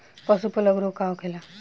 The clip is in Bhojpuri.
पशु प्लग रोग का होखेला?